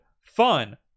Fun